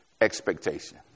expectation